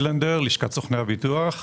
מלשכת סוכני הביטוח.